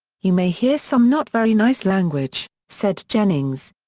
you may hear some not very nice language, said jennings.